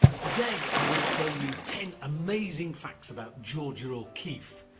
today, i am going to tell you ten amazing facts about georgia o'keeffe,